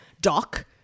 Doc